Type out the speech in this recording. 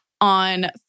On